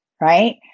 right